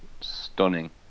stunning